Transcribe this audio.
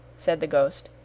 said the ghost.